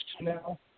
now